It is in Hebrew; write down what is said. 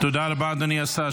תודה רבה, אדוני השר.